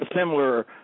similar